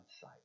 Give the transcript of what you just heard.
sight